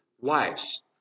Wives